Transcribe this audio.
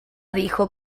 dijo